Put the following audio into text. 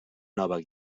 nova